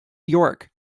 york